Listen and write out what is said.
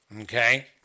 Okay